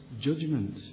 judgment